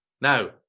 Now